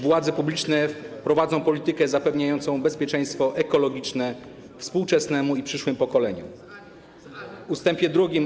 Władze publiczne prowadzą politykę zapewniającą bezpieczeństwo ekologiczne współczesnemu i przyszłym pokoleniom”, ust. 2: